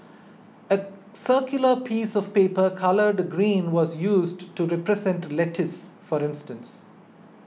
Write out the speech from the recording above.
a circular piece of paper coloured green was used to represent lettuce for instance